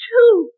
Two